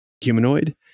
humanoid